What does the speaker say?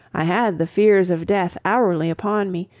i had the fears of death hourly upon me,